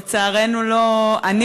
לצערנו, לא, אני